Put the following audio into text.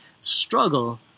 struggle